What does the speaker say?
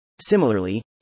Similarly